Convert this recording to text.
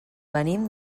venim